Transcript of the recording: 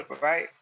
Right